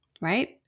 right